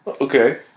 Okay